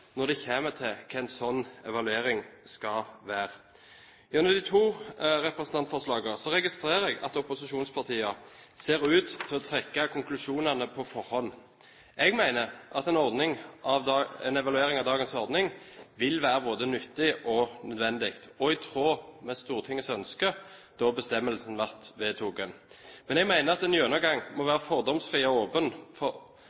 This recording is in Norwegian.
når det kommer til hvordan en slik evaluering skal være. Gjennom de to representantforslagene registrerer jeg at opposisjonspartiene ser ut til å trekke konklusjonene på forhånd. Jeg mener at en evaluering av dagens ordning vil være både nyttig og nødvendig, og i tråd med Stortingets ønske da bestemmelsen ble vedtatt. Men jeg mener at en gjennomgang må være fordomsfri og åpen for